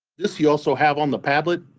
this you also have on the padlet,